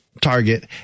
target